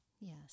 Yes